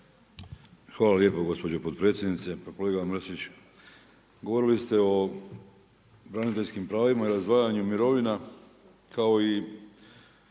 Hvala lijepo gospođo potpredsjednice. Pa kolega Mrsić, govorili ste o braniteljskim pravima, razdvajanju mirovina kao i